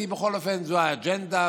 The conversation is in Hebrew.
כי בכל אופן זו האג'נדה,